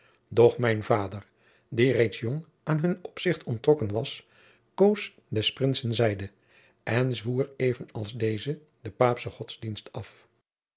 doch mijn vader die reeds jong aan hun opzigt onttrokken was koos des princen zijde en zwoer even als deze de paapsche godsdienst af